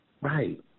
Right